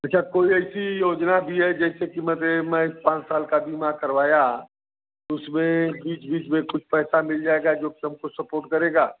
अच्छा कोई ऐसी योजना भी है जैसे कि माने मैं पाँच साल का बीमा करवाया तो उसमें बीच बीच में कुछ पैसा मिल जाएगा जोकि हमको सपोर्ट करेगा